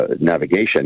navigation